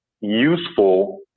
useful